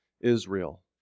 Israel